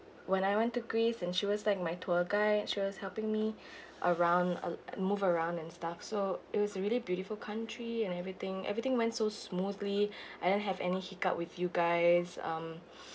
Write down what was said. when I went to greece and she was like my tour guide she was helping me around uh move around and stuff so it was really beautiful country and everything everything went so smoothly I don't have any hiccups with you guys